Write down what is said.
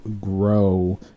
grow